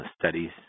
studies